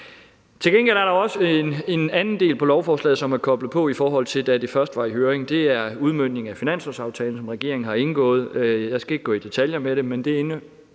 Til gengæld er der også en anden del af lovforslaget, som er koblet på, efter at det først var i høring, og det er udmøntningen af finanslovsaftalen, som regeringen har indgået. Jeg skal ikke gå i detaljer med det, men det indeholder